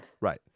right